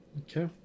Okay